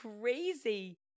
Crazy